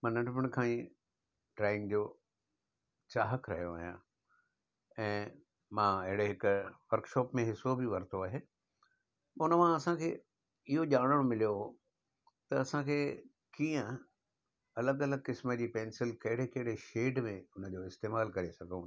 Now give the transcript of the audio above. मां नंढपण खां ई ड्रॉइंग जो चाहक रहियो आहियां ऐं मां अहिड़े हिकु वर्क शॉप में हिसो बि वरितो आहे हुन मां असांखे इहो ॼाणणु मिलियो त असांखे कीअं अलॻि अलॻि क़िस्म जी पेंसिल कहिड़े कहिड़े शेड में हुनजो इस्तेमालु करे सघूं था